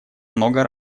много